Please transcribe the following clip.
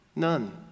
none